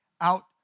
out